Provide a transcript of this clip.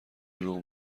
دروغ